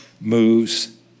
moves